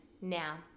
now